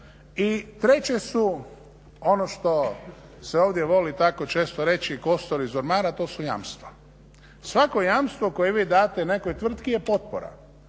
I treće su ono što se ovdje voli tako često reći kostur iz ormara, to su jamstva. Svako jamstvo koje vi date nekoj tvrtki je potpora